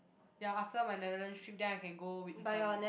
ya after my Netherland's trip then I can go with intern already